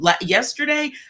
yesterday